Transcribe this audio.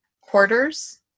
quarters